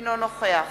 אינו נוכח